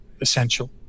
essential